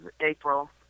April